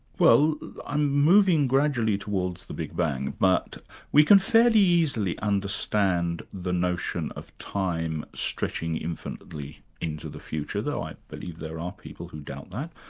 well i'm moving gradually towards the big bang, but we can fairly easily understand the notion of time stretching infinitely into the future, though i believe there are people who doubt that.